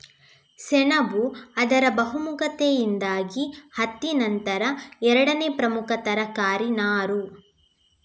ಸೆಣಬು ಅದರ ಬಹುಮುಖತೆಯಿಂದಾಗಿ ಹತ್ತಿ ನಂತರ ಎರಡನೇ ಪ್ರಮುಖ ತರಕಾರಿ ನಾರು